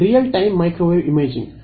real time microwave imaging